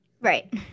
Right